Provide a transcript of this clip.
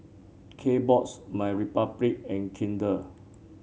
Kbox MyRepublic and Kinder